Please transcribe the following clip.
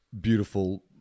beautiful